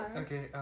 okay